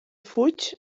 fuig